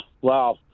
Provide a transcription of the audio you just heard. Wow